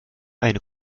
eine